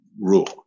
rule